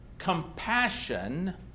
compassion